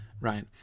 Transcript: right